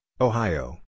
Ohio